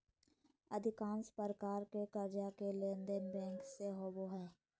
अधिकांश प्रकार के कर्जा के लेनदेन बैंक से होबो हइ